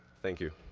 thank you.